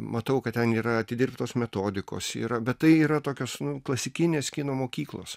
matau kad ten yra atidirbtos metodikos yra bet tai yra tokios nu klasikinės kino mokyklos